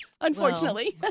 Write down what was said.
unfortunately